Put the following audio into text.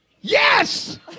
Yes